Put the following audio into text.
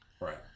Right